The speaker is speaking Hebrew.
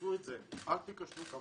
תעשו את זה, אל תכשלו כמוני.